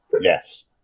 Yes